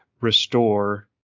restore